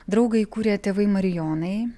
draugą įkūrė tėvai marijonai